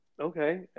Okay